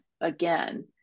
again